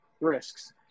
risks